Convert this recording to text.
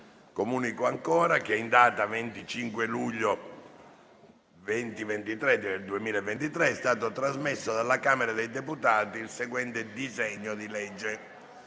Comunico che in data 25 luglio 2023 è stato trasmesso dalla Camera dei deputati il seguente disegno di legge: